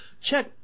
Check